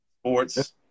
sports